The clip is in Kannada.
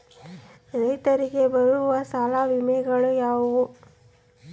ರೈತರಿಗೆ ಬರುವ ಸಾಲದ ವಿಮೆಗಳು ಯಾವುವು?